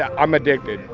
i'm addicted.